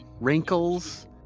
wrinkles